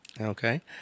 Okay